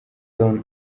don